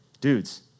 dudes